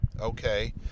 okay